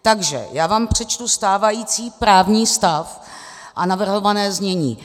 Takže vám přečtu stávající právní stav a navrhované znění.